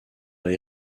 les